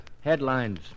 Headlines